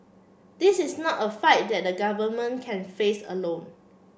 this is not a fight that the government can face alone